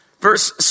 verse